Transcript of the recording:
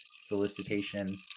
solicitation